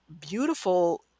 beautiful